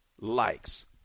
likes